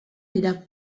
dira